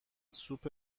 سوپ